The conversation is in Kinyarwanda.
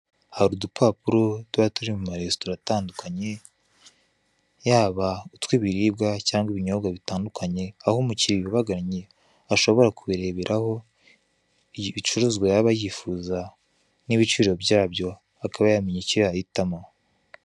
Hari udupapuro tuba turi mu maresitora atandukanye yaba utwibiribwa cyangwa ibinyobwa bitandukanye aho umukiriya ubagannye ashobora kubireberaho ibicuruzwa yaba yifuza n'ibiciro byabyo akaba yamenya icyo yahitamo.